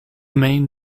main